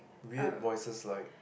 weird voices like